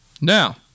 Now